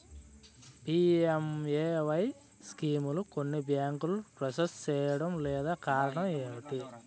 PMAY స్కీమును కొన్ని బ్యాంకులు ప్రాసెస్ చేయడం లేదు కారణం ఏమిటి?